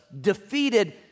defeated